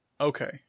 Okay